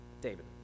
David